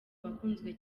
bakunzwe